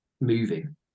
moving